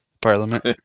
parliament